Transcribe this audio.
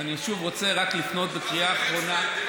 ואני שוב רוצה רק לפנות בקריאה אחרונה,